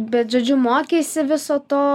bet žodžiu mokeisi viso to